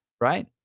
right